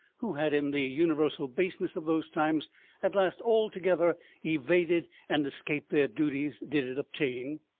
who had in the universal baseness of those times at last altogether evaded and escaped their duties, did it obtain,